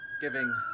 giving